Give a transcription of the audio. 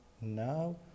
now